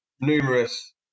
numerous